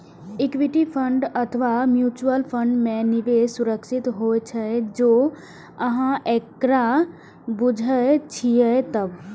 equity fund अथवा mutual fund मे निवेश सुरक्षित होइ छै, जौं अहां एकरा बूझे छियै तब